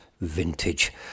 Vintage